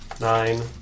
nine